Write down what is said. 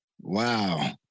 Wow